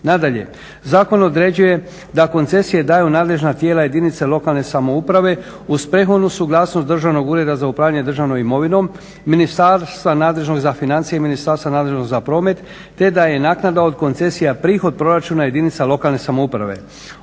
Nadalje. Zakon određuje da koncesije daju nadležna tijela jedinice lokalne samouprave uz prethodnu suglasnost Državnog ureda za upravljanje državnom imovinom, ministarstva nadležnog za financije i ministarstva nadležnog za promet, te da je naknada od koncesija prihod proračuna jedinica lokalne samouprave.